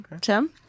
Tim